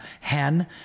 hen